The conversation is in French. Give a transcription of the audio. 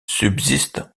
subsistent